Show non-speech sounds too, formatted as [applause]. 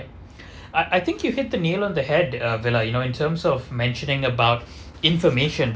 [breath] I I think you've hit the nail on the head uh vila you know in terms of mentioning about information